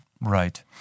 Right